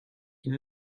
این